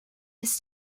his